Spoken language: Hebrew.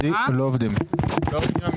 לא עובדים המיקרופונים.